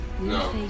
No